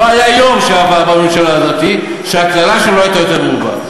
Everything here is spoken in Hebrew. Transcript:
לא היה יום שעבר עם הממשלה הזאת שהקללה שלו לא הייתה מרובה,